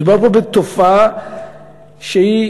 מדובר פה בתופעה שהיא